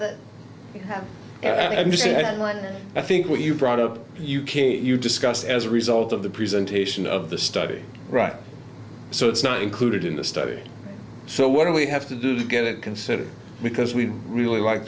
that you see that what i think what you brought up you can you discuss as a result of the presentation of the study right so it's not included in the study so what do we have to do to get it considered because we really like